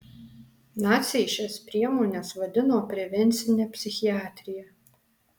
naciai šias priemones vadino prevencine psichiatrija